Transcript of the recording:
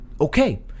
okay